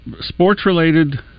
Sports-related